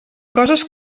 coses